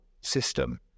System